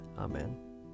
Amen